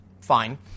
fine